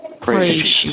Praise